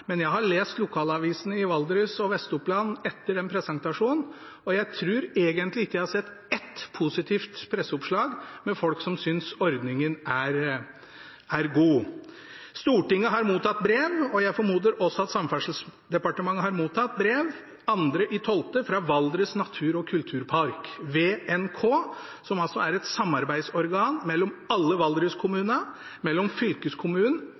men jeg har lest lokalavisene i Valdres og Vest-Oppland etter den presentasjonen, og jeg tror egentlig ikke jeg har sett ett positivt presseoppslag med folk som synes ordningen er god. Stortinget har mottatt brev – og jeg formoder at også Samferdselsdepartementet har mottatt brev – 2. desember fra Valdres Natur- og Kulturpark, VNK, som altså er et samarbeidsorgan mellom alle valdreskommunene, mellom fylkeskommunen